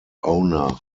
owner